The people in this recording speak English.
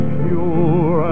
pure